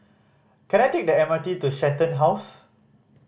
can I take the M R T to Shenton House